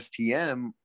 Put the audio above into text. STM